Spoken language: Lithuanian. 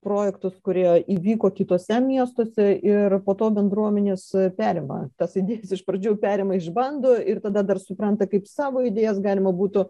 projektus kurie įvyko kituose miestuose ir po to bendruomenės perima tas idėjas iš pradžių perima išbando ir tada dar supranta kaip savo idėjas galima būtų